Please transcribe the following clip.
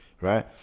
right